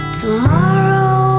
tomorrow